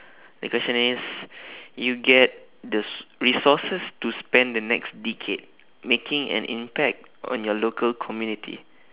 the question is you get the s~ resources to spend the next decade making an impact on your local community